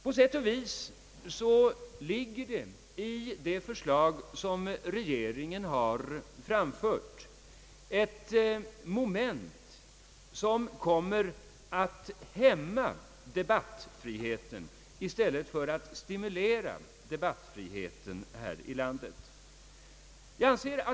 På sätt och vis ligger i det förslag som regeringen har framlagt ett moment, som kommer att hämma debattfriheten i stället för att stimulera den.